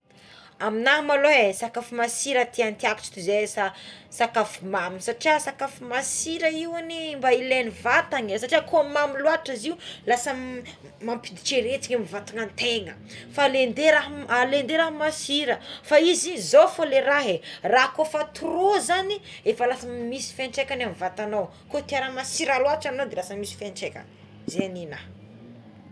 Aminah aloha é sakafo masira tiatiako toy zay sakafo mamy satria sakafo masiro io anie ilain'ny vatana é satri koa mamy loatra izy io lasa mampiditry aretiny amy vatanategna fa ale nde fa ale dé raha masira fa izy zao fogna le raha é raha ko efa trop zagny efa lasa misy ko fiatraikagny amign'ny vatanao ko raha tia raha masira loatra enao lasa misy fiatraikany zai nena.